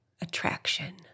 Attraction